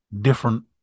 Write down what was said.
different